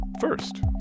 first